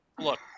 look